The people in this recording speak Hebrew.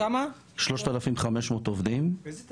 באיזה תפקידים?